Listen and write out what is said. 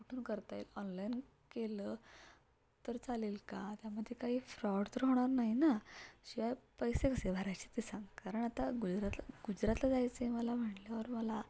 कुठून करता येईल ऑनलाईन केलं तर चालेल का त्यामध्ये काही फ्रॉड तर होणार नाही ना शिवाय पैसे कसे भरायचे ते सांग कारण आता गुजरातला गुजरातला जायचं आहे मला म्हणल्यावर मला